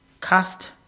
cast